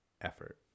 effort